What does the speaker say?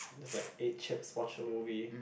just like ate chips watch a movie